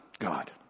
God